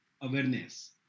awareness